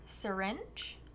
syringe